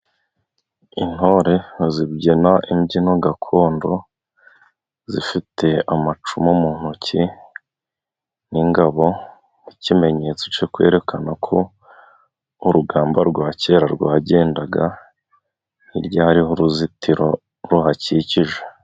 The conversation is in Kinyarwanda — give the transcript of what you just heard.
Intore zibyina imbyino gakondo, zifite amacumu mu ntoki n'ingabo nk'ikimenyetso cyo kwerekana uko urugamba rwa kera rwagendaga. Hirya hariho uruzitiro ruhakikije.